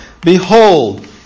Behold